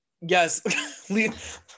Yes